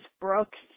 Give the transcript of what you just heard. Brooks